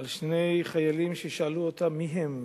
שני חיילים ששאלו אותם מי הם,